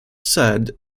said